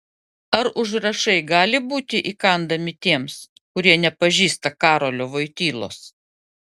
ar užrašai gali būti įkandami tiems kurie nepažįsta karolio voitylos